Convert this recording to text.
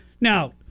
Now